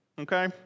okay